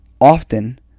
often